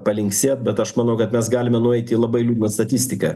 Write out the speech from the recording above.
palinksėt bet aš manau kad mes galime nueiti į labai liūdną statistiką